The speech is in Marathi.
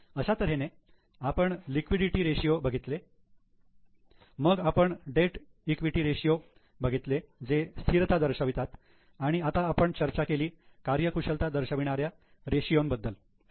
अशा तऱ्हेने आपण लिक्विडिटी रेषीयो बघितले मग आपण डेट इक्विटी सारखे रेषीयो बघितले जे स्थिरता दर्शवतात आणि आता आपण चर्चा केली कार्यकुशलता दर्शविणाऱ्या रेषीयो बद्दल